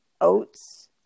oats